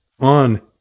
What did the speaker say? on